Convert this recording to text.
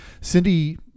Cindy